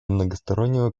многостороннего